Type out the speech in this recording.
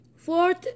Fourth